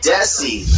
Desi